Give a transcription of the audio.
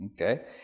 Okay